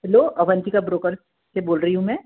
hello Avantika broker से बोल रही हूँ मैं